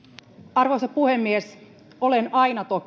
arvoisa puhemies olen aina